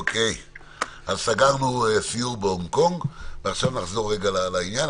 אז סגרנו סיור בהונג קונג, ועכשיו נחזור לעניין.